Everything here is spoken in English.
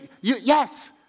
yes